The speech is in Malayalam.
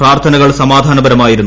പ്രാർത്ഥനകൾ സമാധാനപരമായിരുന്നു